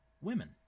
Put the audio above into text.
women